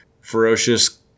ferocious